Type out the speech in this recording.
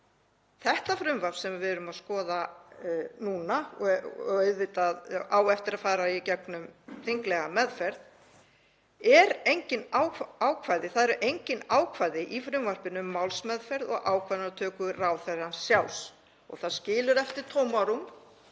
þessu frumvarpi sem við erum að skoða núna, sem á auðvitað eftir að fara í gegnum þinglega meðferð, eru engin ákvæði um málsmeðferð og ákvarðanatöku ráðherrans sjálfs og það skilur eftir tómarúm